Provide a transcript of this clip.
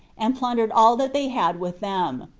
and plundered all that they had with them.